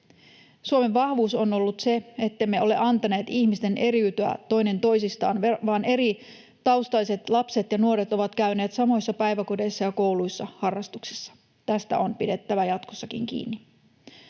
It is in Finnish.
Suomen vahvuus on ollut se, ettemme ole antaneet ihmisten eriytyä toinen toisistaan vaan eri taustaiset lapset ja nuoret ovat käyneet samoissa päiväkodeissa, kouluissa ja harrastuksissa. Tästä on pidettävä jatkossakin kiinni.